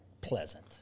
pleasant